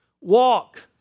Walk